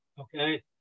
okay